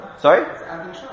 sorry